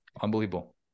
unbelievable